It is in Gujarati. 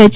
એચ